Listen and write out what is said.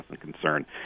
concern